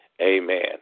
Amen